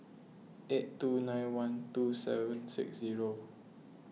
eight two nine one two seven six zero